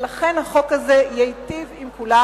לכן החוק הזה ייטיב עם כולם.